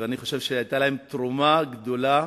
ואני חושב שהיתה להם תרומה גדולה,